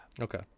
Okay